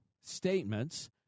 statements